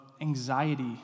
anxiety